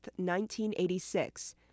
1986